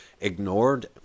ignored